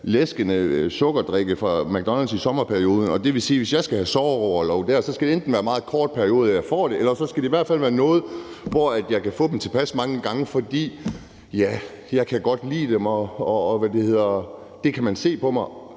læskende sukkerdrikke fra McDonald's i sommerperioden. Det vil sige, at hvis jeg skal have sorgorlov der, skal det enten være en meget kort periode, som jeg får det i, eller også skal det være noget, jeg kan få tilpas mange gange. For jeg kan godt lide dem, og det kan man se på mig.